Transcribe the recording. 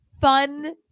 fun